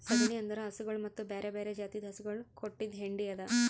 ಸಗಣಿ ಅಂದುರ್ ಹಸುಗೊಳ್ ಮತ್ತ ಬ್ಯಾರೆ ಬ್ಯಾರೆ ಜಾತಿದು ಹಸುಗೊಳ್ ಕೊಟ್ಟಿದ್ ಹೆಂಡಿ ಅದಾ